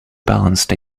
balanced